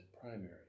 primary